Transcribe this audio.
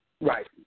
Right